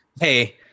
hey